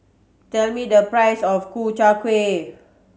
tell me the price of Ku Chai Kueh